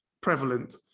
prevalent